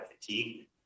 fatigue